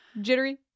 jittery